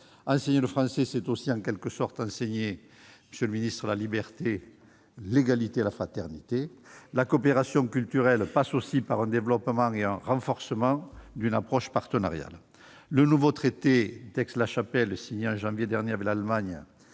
Enseigner le français, c'est en quelque sorte enseigner la liberté, l'égalité et la fraternité. C'est vrai ! La coopération culturelle passe aussi par le développement et le renforcement d'une approche partenariale. Le nouveau traité d'Aix-la-Chapelle, signé en janvier dernier avec l'Allemagne,